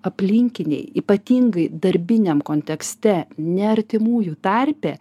aplinkiniai ypatingai darbiniam kontekste ne artimųjų tarpe